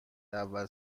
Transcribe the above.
اول